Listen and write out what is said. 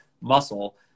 muscle